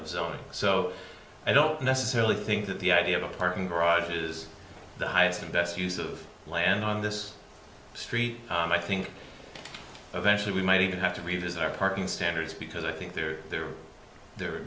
zone so i don't necessarily think that the idea of a parking garage is the highest and best use of land on this street and i think eventually we might even have to revisit our parking standards because i think there there the